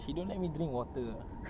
she don't let me drink water ah